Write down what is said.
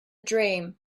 dream